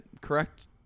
Correct